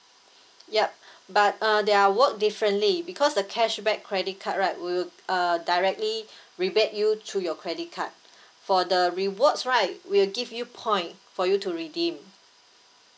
yup but uh they are work differently because the cashback credit card right will uh directly rebate you through your credit card for the rewards right we'll give you point for you to redeem